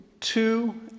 two